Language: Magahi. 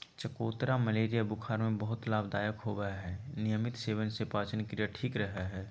चकोतरा मलेरिया बुखार में बहुत लाभदायक होवय हई नियमित सेवन से पाचनक्रिया ठीक रहय हई